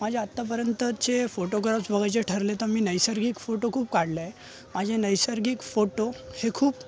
माझे आत्तापर्यंतचे फोटोग्राफ्स बघायचे ठरले तर मी नैसर्गिक फोटो खूप काढले आहे माझे नैसर्गिक फोटो हे खूप